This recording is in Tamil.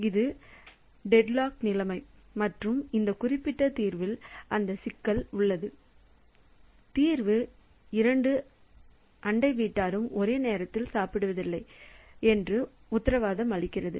இது டெட்லாக் நிலைமை மற்றும் இந்த குறிப்பிட்ட தீர்வில் அந்த சிக்கல் உள்ளது தீர்வு இரண்டு அண்டை வீட்டாரும் ஒரே நேரத்தில் சாப்பிடுவதில்லை என்று உத்தரவாதம் அளிக்கிறது